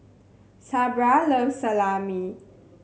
Sabra loves Salami